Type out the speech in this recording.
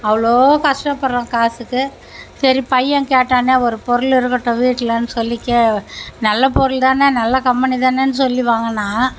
அவ்வளோ கஷ்டப்படுறோம் காசுக்கு சரி பையன் கேட்டானே ஒரு பொருள் இருக்கட்டும் வீட்லன்னு சொல்லி கே நல்ல பொருள் தானே நல்ல கம்பெனி தானேன்னு சொல்லி வாங்கனா